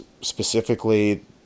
specifically